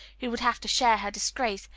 who would have to share her disgrace,